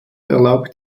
erlaubt